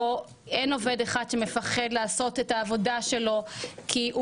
מקום שבו אין עובד אחד שמפחד לעשות את העבודה שלו כי הוא